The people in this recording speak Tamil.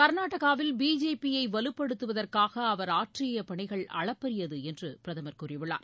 கர்நாடகாவில் பிஜேபியைவலுப்படுத்துவதற்காகஅவர் ஆற்றியபணிகள் அளப்பறியதுஎன்றும் பிரதமர் கூறியுள்ளார்